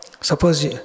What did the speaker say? Suppose